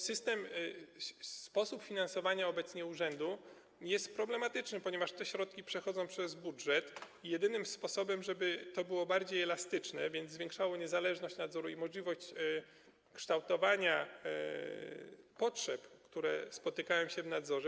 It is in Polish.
System, sposób finansowania urzędu obecnie jest problematyczny, ponieważ te środki przechodzą przez budżet, i to jedyny sposób, żeby to było bardziej elastyczne, a więc zwiększało niezależność nadzoru i możliwość kształtowania potrzeb, które spotykają się w nadzorze.